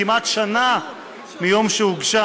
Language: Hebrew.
כמעט שנה מיום שהוגשה